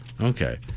Okay